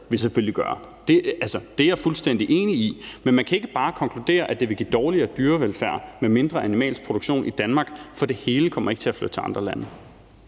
vil selvfølgelig gøre det. Det er jeg fuldstændig enig i. Men man kan ikke bare konkludere, at det vil give dårligere dyrevelfærd med mindre animalsk produktion i Danmark, for det hele kommer ikke til at flytte til andre lande.